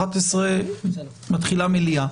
ב-11:00 מתחילה המליאה.